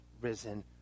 risen